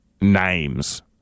names